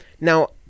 Now